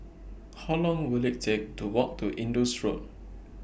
How Long Will IT Take to Walk to Indus Road